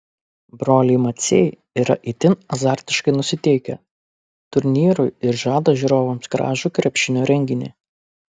broliai maciai yra itin azartiškai nusiteikę turnyrui ir žada žiūrovams gražų krepšinio reginį